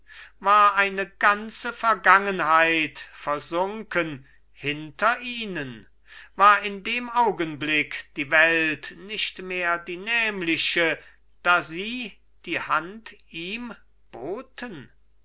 war eine ganze vergangenheit versunken hinter ihnen war in dem augenblick die welt nicht mehr die nämliche da sie die hand ihm boten